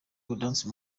gaudence